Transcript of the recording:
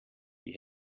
die